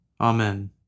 Amen